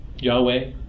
Yahweh